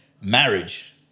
marriage